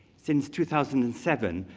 since two thousand and seven,